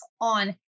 on